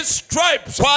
stripes